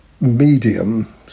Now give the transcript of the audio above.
medium